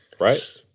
Right